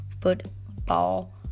football